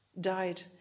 died